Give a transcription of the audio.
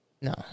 No